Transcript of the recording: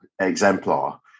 exemplar